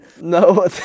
No